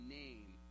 name